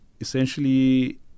essentially